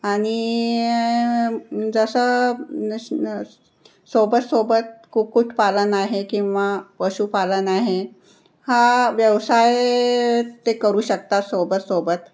आणि जसं न न सोबत सोबत कुक्कुटपालन आहे किंवा पशुपालन आहे हा व्यवसाय ते करू शकतात सोबत सोबत